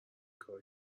کارو